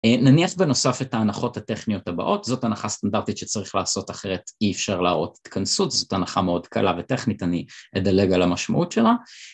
נניח בנוסף את ההנחות הטכניות הבאות, זאת הנחה סטנדרטית שצריך לעשות אחרת אי אפשר להראות התכנסות, זאת הנחה מאוד קלה וטכנית, אני אדלג על המשמעות שלה